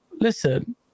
listen